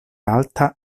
alta